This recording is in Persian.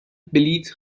بلیط